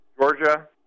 Georgia